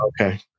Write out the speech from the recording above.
Okay